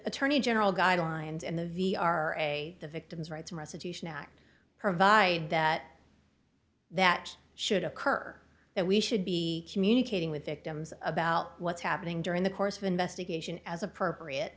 attorney general guidelines and the v r a the victim's rights restitution act provide that that should occur that we should be communicating with victims about what's happening during the course of investigation as appropriate